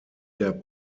der